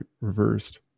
reversed